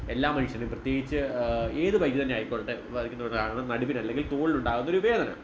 എല്ലാ മനുഷ്യനും പ്രത്യേകിച്ച് ഏത് ബൈക്ക് തന്നെ ആയിക്കൊള്ളട്ടെ ബൈക്കിന് വരുന്ന ആളിന് നടുവിന് അല്ലെങ്കിൽ തോളിനുണ്ടാവുന്ന ഒരു വേദന